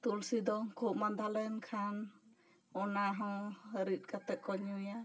ᱛᱩᱞᱥᱤ ᱫᱚ ᱠᱷᱳᱜ ᱢᱟᱸᱫᱟ ᱞᱮᱱ ᱠᱷᱟᱱ ᱚᱱᱟ ᱦᱚᱸ ᱨᱤᱫ ᱠᱟᱛᱮᱜ ᱠᱚ ᱧᱩᱭᱟ